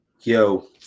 yo